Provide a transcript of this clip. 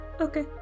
Okay